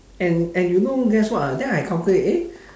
and and you know guess what uh then I calculate eh